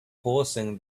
causing